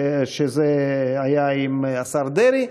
זה היה עם השר דרעי,